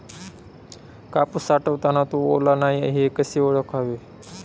कापूस साठवताना तो ओला नाही हे कसे ओळखावे?